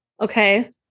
Okay